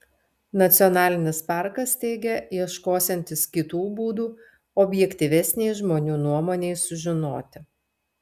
nacionalinis parkas teigia ieškosiantis kitų būdų objektyvesnei žmonių nuomonei sužinoti